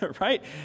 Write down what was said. right